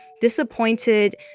disappointed